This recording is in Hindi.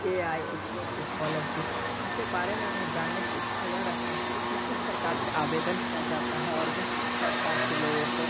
ए आई स्पोर्ट्स स्कॉलरसिप इन के बारे में मैं जानने की इच्छा यह रखता हूँ कि इसमें किस प्रकार से आवेदन किया जाता है और यह किस प्रकार से लोगों को